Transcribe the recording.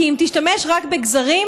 כי אם תשתמש רק בגזרים,